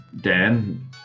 Dan